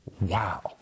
Wow